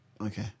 Okay